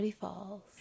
Falls